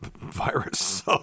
virus